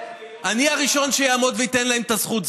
אני הראשון שיעמוד וייתן להם את הזכות,